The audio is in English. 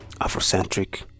Afrocentric